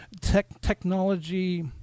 technology